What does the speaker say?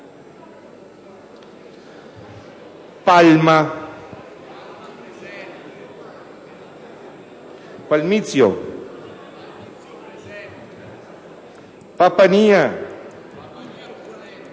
Palma, Palmizio, Papania,